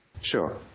sure